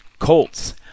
Colts